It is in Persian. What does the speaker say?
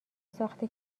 ساخت